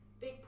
big